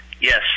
Yes